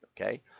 okay